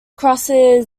crosses